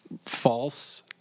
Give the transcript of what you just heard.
false